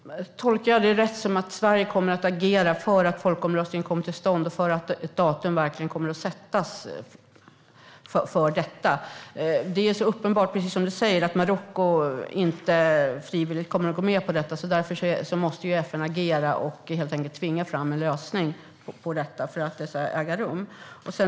Herr talman! Tolkar jag dig rätt, Maria? Kommer Sverige att agera för att folkomröstningen kommer till stånd och för att ett datum för den kommer att bestämmas? Precis som du säger är det uppenbart att Marocko inte frivilligt kommer att gå med på detta. Därför måste FN agera och helt enkelt tvinga fram en lösning för att folkomröstningen ska kunna äga rum.